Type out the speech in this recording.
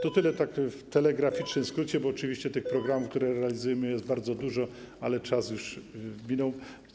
To tyle w telegraficznym skrócie, bo oczywiście programów, które realizujemy, jest bardzo dużo, ale czas już minął.